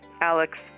alex